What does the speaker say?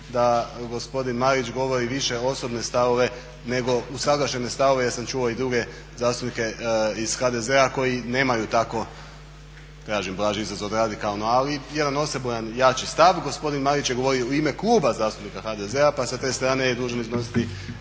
da gospodin Marić govori više osobne stavove nego usuglašene stavove. Ja sam čuo i druge zastupnike iz HDZ-a koji nemaju tako, tražim blaži … radikalno ali jedan osebujan jači stav. Gospodin Marić je govorio u ime Kluba zastupnika HDZ-a pa sa te strane je dužan iznositi